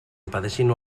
impedeixin